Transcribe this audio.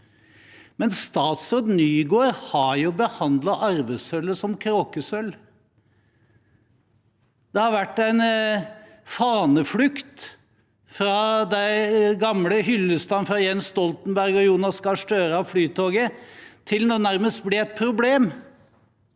mens statsråd Nygård har behandlet arvesølvet som kråkesølv. Det har vært en faneflukt fra de gamle hyllestene av Flytoget fra Jens Stoltenberg og Jonas Gahr Støre til nå nærmest å bli et problem.